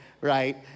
right